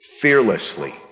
fearlessly